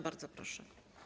Bardzo proszę.